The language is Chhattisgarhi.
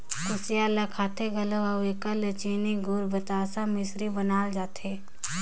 कुसियार ल खाथें घलो अउ एकर ले चीनी, गूर, बतासा, मिसरी बनाल जाथे